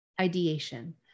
ideation